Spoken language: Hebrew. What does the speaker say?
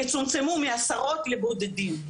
יצומצמו מעשרות לבודדים.